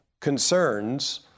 concerns